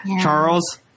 Charles